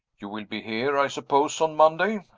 you will be here, i suppose, on monday?